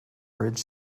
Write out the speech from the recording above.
bridge